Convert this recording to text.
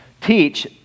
teach